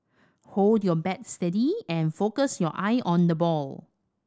hold your bat steady and focus your eye on the ball